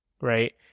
right